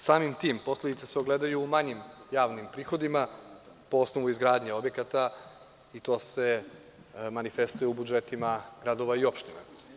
Samim tim posledice se ogledaju i u manjim javnim prihodima po osnovu izgradnje objekata i to se manifestuje u budžetima gradova i opština.